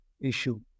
issue